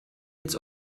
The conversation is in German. jetzt